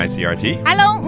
Hello